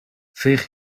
veeg